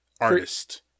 artist